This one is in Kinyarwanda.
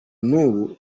n’ubu